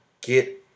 get